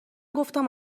گفتم